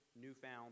newfound